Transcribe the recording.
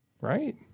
right